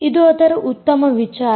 ಇದು ಅದರ ಉತ್ತಮ ವಿಚಾರ